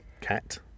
cat